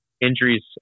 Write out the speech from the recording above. injuries